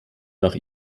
nach